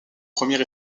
premiers